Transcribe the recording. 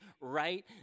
right